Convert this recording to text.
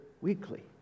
weekly